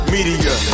Media